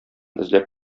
эзләп